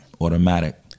Automatic